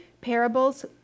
parables